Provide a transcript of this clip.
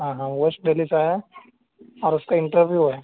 ہاں ہاں ویسٹ دہلی سے آیا ہے اور اس کا انٹرویو ہے